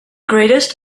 greatest